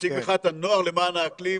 נציג מחאת הנוער למען האקלים.